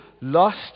lost